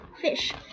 fish